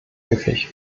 möglich